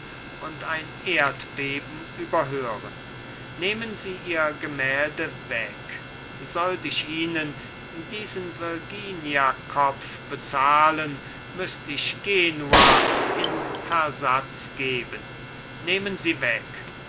und ein erdbeben überhören nehmen sie ihr gemälde weg sollt ich ihnen diesen virginiakopf bezahlen müßt ich genua in versatz geben nehmen sie weg